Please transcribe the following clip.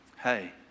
Hey